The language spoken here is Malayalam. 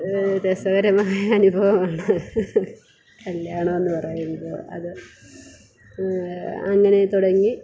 രസകരമായ അനുഭവമാണ് കല്യാണമെന്നു പറയുന്നത് അത് അങ്ങനെ തുടങ്ങി